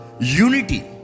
Unity